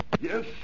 Yes